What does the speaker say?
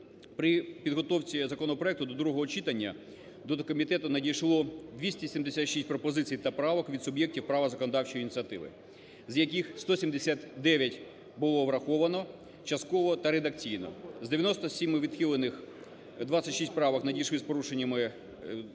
При підготовці законопроекту до другого читання до комітету надійшло 276 пропозицій та правок від суб'єктів права законодавчої ініціативи, з яких 179 було враховано частково та редакційно. З 97 відхилених 26 правок надійшли з порушеннями частини